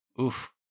Oof